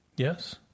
Yes